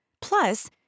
Plus